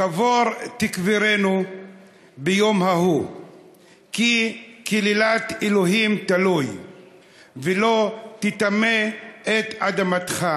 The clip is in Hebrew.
קבור תקברנו ביום ההוא כי קללת אלוהים תלוי ולא תטמא את אדמתך,